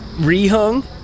re-hung